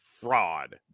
fraud